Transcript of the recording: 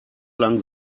lang